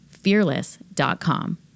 fearless.com